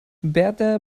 berta